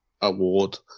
award